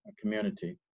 community